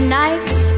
nights